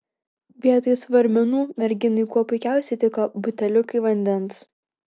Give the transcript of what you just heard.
vietoj svarmenų merginai kuo puikiausiai tiko buteliukai vandens